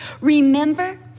Remember